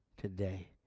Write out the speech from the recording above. today